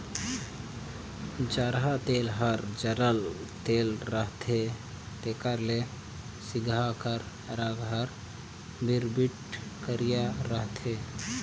जरहा तेल हर जरल तेल रहथे तेकर ले सिगहा कर रग हर बिरबिट करिया रहथे